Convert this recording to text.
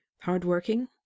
Hardworking